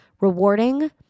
rewarding